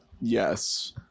Yes